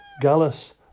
Gallus